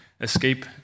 escape